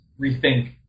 rethink